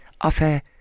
offer